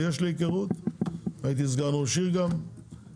ויש לי היכרות מתפקידי כסגן ראש עיר בראשון,